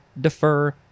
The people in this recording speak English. defer